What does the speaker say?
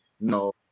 no